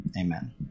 Amen